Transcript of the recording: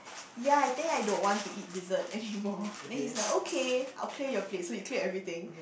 ya I think I don't want to eat dessert anymore then he's like okay I'll clear your plates so he cleared everything